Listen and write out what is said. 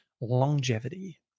longevity